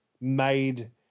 made